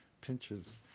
pinches